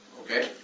Okay